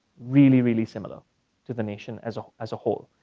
really, really similar to the nation as ah as a whole.